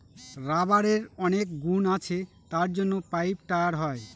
রাবারের অনেক গুণ আছে তার জন্য পাইপ, টায়ার হয়